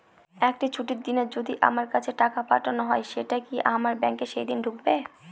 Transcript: একটি ছুটির দিনে যদি আমার কাছে টাকা পাঠানো হয় সেটা কি আমার ব্যাংকে সেইদিন ঢুকবে?